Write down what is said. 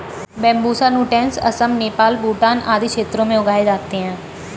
Bambusa nutans Assam, Nepal, Bhutan आदि क्षेत्रों में उगाए जाते है